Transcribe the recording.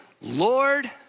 Lord